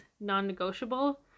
non-negotiable